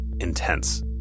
intense